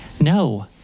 No